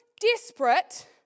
desperate